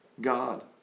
god